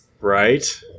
Right